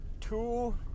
two